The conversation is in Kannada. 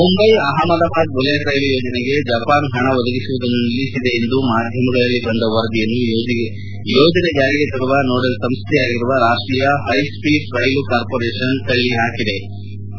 ಮುಂಬೈ ಅಹಮದಾಬಾದ್ ಬುಲೆಟ್ ರೈಲು ಯೋಜನೆಗೆ ಜಪಾನ್ ಹಣ ಒದಗಿಸುವುದನ್ನು ನಿಲ್ಲಿಸಿದೆ ಎಂದು ಮಾಧ್ವಮಗಳಲ್ಲಿ ಬಂದ ವರದಿಯನ್ನು ಯೋಜನೆ ಜಾರಿಗೆ ತರುವ ನೋಡಲ್ ಸಂಸ್ವೆಯಾಗಿರುವ ರಾಷ್ಷೀಯ ಹೈ ಸ್ವೀಟ್ ರೈಲು ಕಾರ್ಮೊರೇಷನ್ಎನ್ಎಚ್ಎಸ್ಆರ್ಸಿಎಲ್ ತಳ್ಳಿಹಾಕಿದೆ